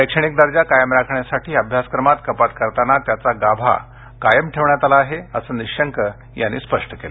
शैक्षणिक दर्जा कायम राखण्यासाठी अभ्यासक्रमात कपात करताना त्याचा गाभा कायम ठेवण्यात आला आहे असं निशंक यांनी स्पष्ट केलं